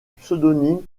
pseudonyme